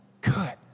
Good